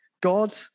God